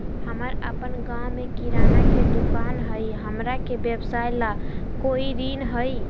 हमर अपन गांव में किराना के दुकान हई, हमरा के व्यवसाय ला कोई ऋण हई?